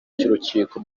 cy’urukiko